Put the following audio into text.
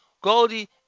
Goldie